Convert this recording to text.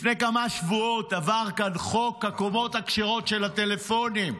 לפני כמה שבועות עבר כאן חוק הקומות הכשרות של הטלפונים.